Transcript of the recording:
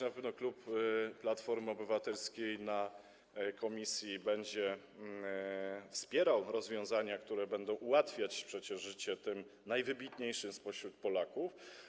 Na pewno klub Platformy Obywatelskiej na posiedzeniu komisji będzie wspierał rozwiązania, które będą ułatwiać przecież życie tym najwybitniejszym spośród Polaków.